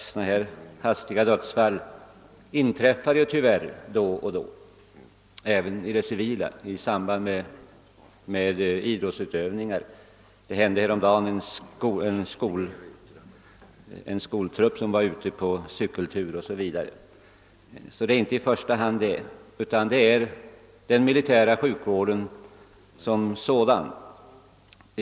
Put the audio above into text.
Sådana förekommer ju tyvärr då och då även i det civila, t.ex. vid idrottsutövning; ett hände häromdagen när en skolgrupp var ute på cykeltur. I stället är det den militära sjukvården som sådan jag åsyftar.